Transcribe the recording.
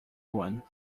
one